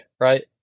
right